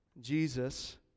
Jesus